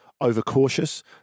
overcautious